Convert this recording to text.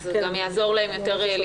זה גם יעזור להם להתחבר.